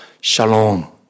shalom